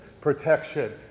protection